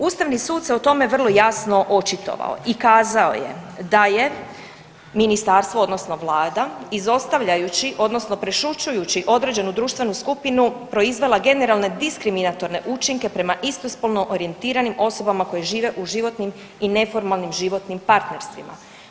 Ustavni sud se o tome vrlo jasno očitovao i kazao je da je ministarstvo odnosno Vlada izostavljajući odnosno prešućujući određenu društvenu skupinu proizvela generalne diskriminatorne učinke prema istospolno orijentiranim osobama koji žive u životnim i neformalnim životnim partnerstvima.